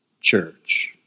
church